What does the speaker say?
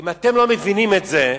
אם אתם לא מבינים את זה,